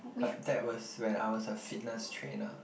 but that was when I was a fitness trainer